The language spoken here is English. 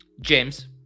James